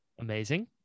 Amazing